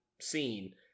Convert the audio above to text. scene